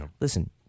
listen